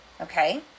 Okay